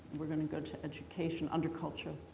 we're gonna go to education, under culture,